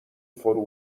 فرو